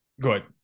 good